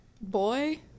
Boy